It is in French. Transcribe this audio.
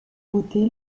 beauté